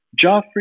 Joffrey